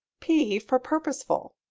p for purposeful.